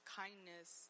kindness